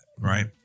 right